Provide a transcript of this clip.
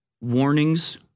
warnings